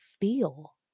feel